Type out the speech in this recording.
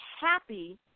happy